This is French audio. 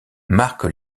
marque